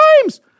times